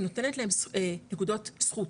היא נותנת להם נקודות זכות,